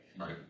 Right